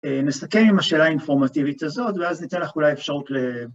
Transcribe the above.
נסכם עם השאלה האינפורמטיבית הזאת ואז ניתן לך אולי אפשרות ל...